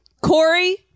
Corey